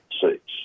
seats